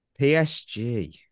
PSG